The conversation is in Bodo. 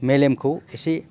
मेलेमखौ एसे